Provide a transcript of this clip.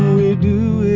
we do